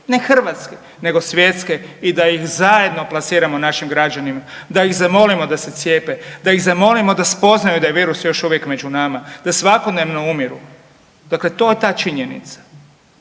ne hrvatske nego svjetske i da ih zajedno plasiramo našim građanima, da ih zamolimo da se cijepe, da ih zamolimo da spoznaju da je virus još među nama, da svakodnevno umiru, dakle to je ta činjenica.